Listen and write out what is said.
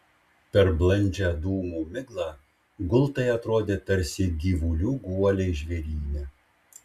per blandžią dūmų miglą gultai atrodė tarsi gyvulių guoliai žvėryne